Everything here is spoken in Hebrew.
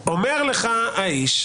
אומר לך האיש: